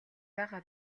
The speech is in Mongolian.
байгаа